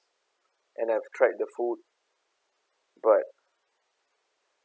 and I've tried the food but